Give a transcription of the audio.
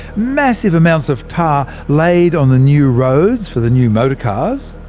massive amounts of tar laid on the new roads for the new motor car,